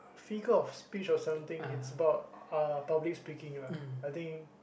figure of speech speech of something it's about uh public speaking lah I think